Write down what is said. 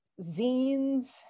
zines